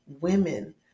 women